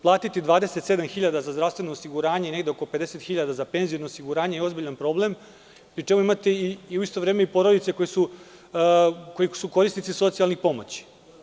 Platiti 27.000 za zdravstveno osiguranje, negde oko 50.000 za penziono osiguranje je ozbiljan problem, pri čemu imate u isto vreme i porodice koje su korisnici socijalnih pomoći.